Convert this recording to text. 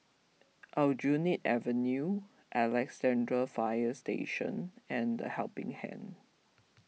Aljunied Avenue Alexandra Fire Station and the Helping Hand